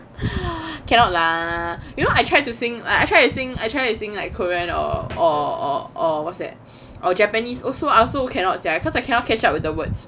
cannot lah you know I tried to sing I tried to sing I tried to sing like korean or or or what's that japanese also I also cannot ya because I cannot catch up with the words